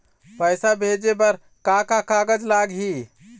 पैसा भेजे बर का का कागज लगही?